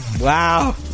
Wow